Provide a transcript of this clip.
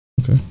Okay